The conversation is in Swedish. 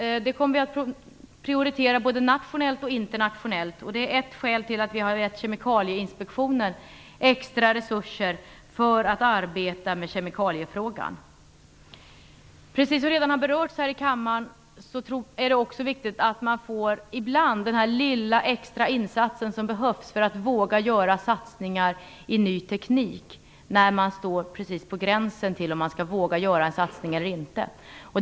Det kommer vi att prioritera både nationellt och internationellt. Det är ett skäl till att vi har gett Kemikalieinspektionen extra resurser för att arbeta med kemikaliefrågan. Precis som redan har berörts här i kammaren är det ibland också viktigt att man får den lilla extra insatsen som behövs för att man skall våga göra satsningar i ny teknik, när man står på gränsen till om man skall våga göra en satsning eller inte.